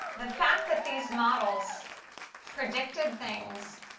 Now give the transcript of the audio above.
the fact that these models predicted things,